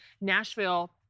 Nashville